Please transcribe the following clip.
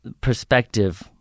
perspective